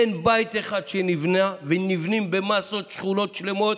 אין בית אחד שנבנה, נבנות במסות שכונות שלמות,